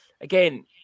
again